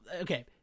Okay